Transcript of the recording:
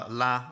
la